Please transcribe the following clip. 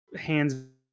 hands